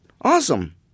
Awesome